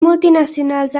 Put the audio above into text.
multinacionals